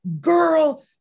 girl